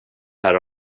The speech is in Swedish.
här